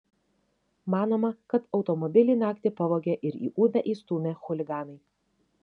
manoma kad automobilį naktį pavogė ir į upę įstūmė chuliganai